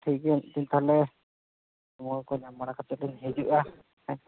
ᱴᱷᱤᱠ ᱜᱮᱭᱟ ᱢᱤᱫ ᱫᱤᱱ ᱛᱟᱦᱚᱞᱮ ᱥᱚᱢᱚᱭᱠᱚ ᱧᱟᱢ ᱵᱟᱲᱟ ᱠᱟᱛᱮ ᱞᱤᱧ ᱦᱤᱡᱩᱜᱼᱟ